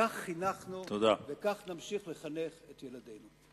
כך חינכנו וכך נמשיך לחנך את ילדינו.